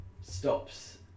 stops